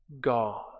God